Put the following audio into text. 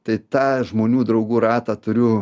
tai tą žmonių draugų ratą turiu